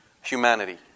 humanity